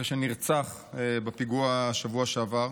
אחרי שנפצע בפיגוע בשבוע שעבר.